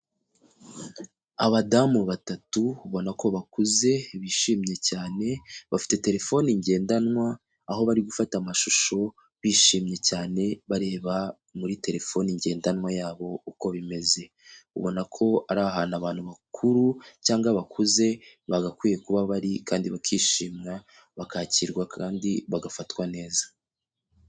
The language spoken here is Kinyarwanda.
Abadamu batatu ubona ko bakuze bishimye cyane bafite telefoni ngendanwa aho bari gufata amashusho bishimye cyane bareba muri telefoni ngendanwa yabo uko bimeze, ubona ko ari ahantu abantu bakuru cyangwa bakuze bagakwiye kuba bari kandi bakishimwa bakakirwa kandi bagafatwa neza.